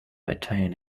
attain